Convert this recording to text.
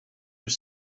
were